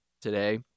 today